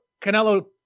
Canelo